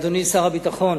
אדוני שר הביטחון,